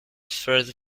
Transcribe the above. third